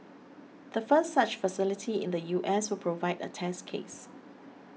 the first such facility in the U S will provide a test case